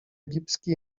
egipski